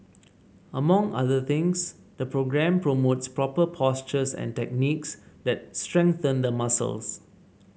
among other things the programme promotes proper postures and techniques that strengthen the muscles